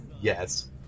Yes